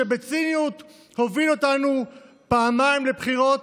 שבציניות הוביל אותנו פעמיים לבחירות